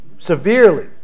Severely